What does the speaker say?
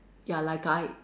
ya like I